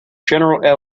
general